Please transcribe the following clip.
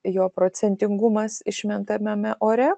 jo procentingumas išmetamame ore